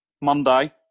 Monday